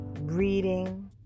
reading